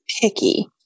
picky